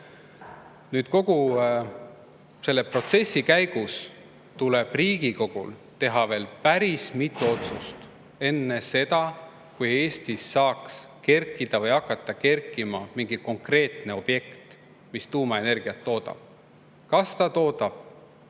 Kogu selle protsessi käigus tuleb Riigikogul teha veel päris mitu otsust enne seda, kui Eestis saaks kerkida või hakata kerkima mingi konkreetne objekt, mis tuumaenergiat toodab. Kas see toodab